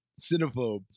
cinephobe